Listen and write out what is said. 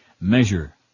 measure